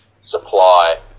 supply